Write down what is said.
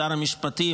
לשר המשפטים,